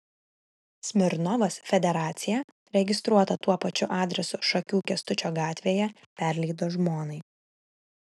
smirnovas federaciją registruotą tuo pačiu adresu šakių kęstučio gatvėje perleido žmonai